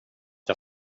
jag